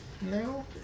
No